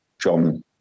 John